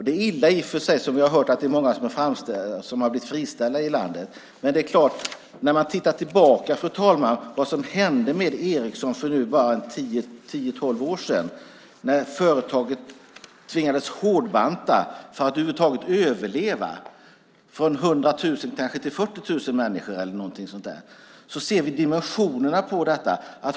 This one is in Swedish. Det är i och för sig illa att det är många som har blivit friställda i landet, som vi har hört. Men när vi tittar tillbaka, fru talman, på vad som hände med Ericsson för bara tio tolv år sedan, när företaget tvingades hårdbanta för att över huvud taget överleva, från 100 000 till kanske 40 000 människor, ser vi dimensionerna på detta.